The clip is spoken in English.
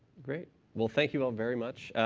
great. well, thank you all very much.